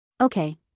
Okay